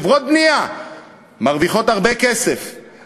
חברות בנייה מרוויחות הרבה כסף,